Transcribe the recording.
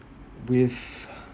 with